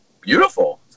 beautiful